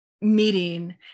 meeting